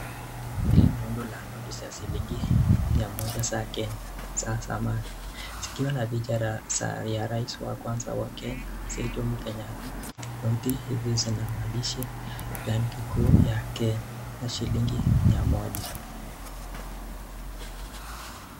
Hili ni rundo la noti za shilingi mia moja za Kenya za zamani zikiwa na picha ya rais wa kwanza wa Kenya Mzee Jomo Kenyatta. Noti hizi zina maandishi rangi kuu ya Kenya na shilingi mia moja.